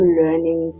learning